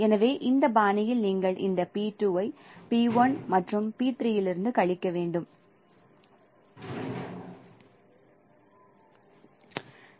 எனவே இந்த பாணியில் நீங்கள் இந்த p2 ஐ p1 மற்றும் p3 இலிருந்து கழிக்க வேண்டும் என்று குறிப்பிடலாம்